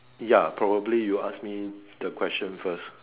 ya probably you ask me the question first